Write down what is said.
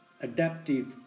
adaptive